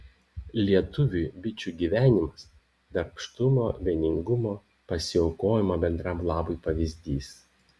lietuviui bičių gyvenimas darbštumo vieningumo pasiaukojimo bendram labui pavyzdys